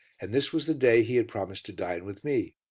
and this was the day he had promised to dine with me.